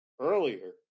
earlier